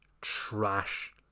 trash